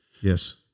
yes